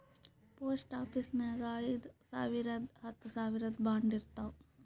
post ಆಫೀಸ್ನಾಗ್ ಐಯ್ದ ಸಾವಿರ್ದು ಹತ್ತ ಸಾವಿರ್ದು ಬಾಂಡ್ ಇರ್ತಾವ್